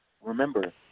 remember